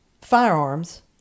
firearms